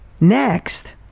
Next